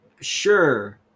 Sure